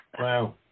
Wow